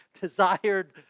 desired